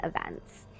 events